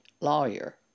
lawyer